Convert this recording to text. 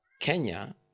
Kenya